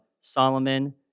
Solomon